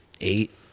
eight